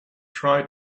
tried